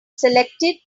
selected